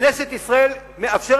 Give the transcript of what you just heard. וכנסת ישראל מאפשרת,